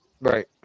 Right